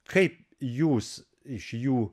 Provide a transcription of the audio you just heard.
kaip jūs iš jų